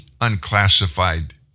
unclassified